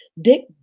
Dick